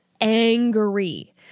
angry